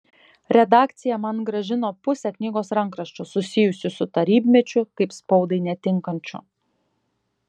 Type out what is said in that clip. redakcija man grąžino pusę knygos rankraščių susijusių su tarybmečiu kaip spaudai netinkančių